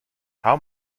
how